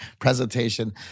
presentation